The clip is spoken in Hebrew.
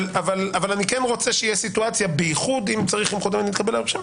אבל אני כן רוצה שתהיה סיטואציה שאתה צריך להגיד למה הגשת באיחור.